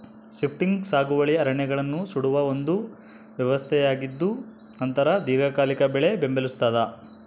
shifting ಸಾಗುವಳಿ ಅರಣ್ಯಗಳನ್ನು ಸುಡುವ ಒಂದು ವ್ಯವಸ್ಥೆಯಾಗಿದ್ದುನಂತರ ದೀರ್ಘಕಾಲಿಕ ಬೆಳೆ ಬೆಂಬಲಿಸ್ತಾದ